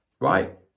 right